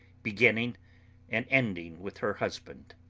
beginning and ending with her husband.